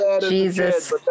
Jesus